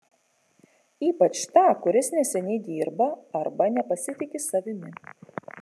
ypač tą kuris neseniai dirba arba nepasitiki savimi